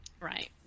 Right